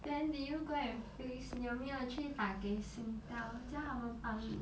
then did you go and fix 你有没有去打给 singtel 叫他们帮你